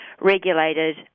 regulated